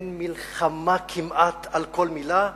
אין מלחמה כמעט על כל מלה,